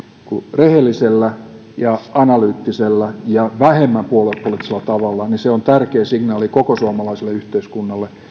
rehellisellä ja analyyttisella ja vähemmän puoluepoliittisella tavalla kyllä se on tärkeä signaali koko suomalaiselle yhteiskunnalle